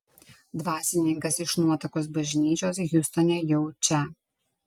dvasininkas iš nuotakos bažnyčios hjustone jau čia